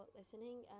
listening